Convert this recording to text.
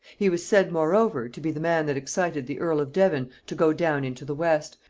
he was said moreover to be the man that excited the earl of devon to go down into the west,